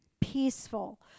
peaceful